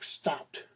stopped